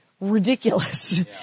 ridiculous